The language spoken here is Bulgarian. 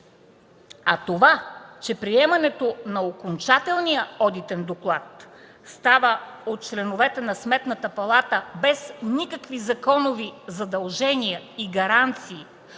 А това, че приемането на окончателния одитен доклад става от членовете на Сметната палата, без никакви законови задължения и гаранции